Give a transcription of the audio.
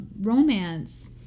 romance